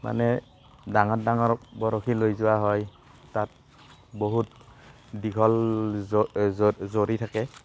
মানে ডাঙৰ ডাঙৰ বৰশী লৈ যোৱা হয় তাত বহুত দীঘল জৰি থাকে